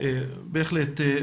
בהחלט.